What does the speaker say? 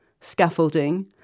scaffolding